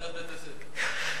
בד"ץ בית יוסף.